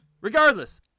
Regardless